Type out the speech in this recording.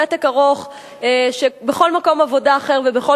ותק ארוך שבכל מקום עבודה אחר ובכל